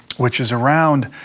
which is around